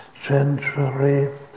century